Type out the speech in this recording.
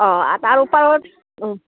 অঁ তাৰ ওপৰত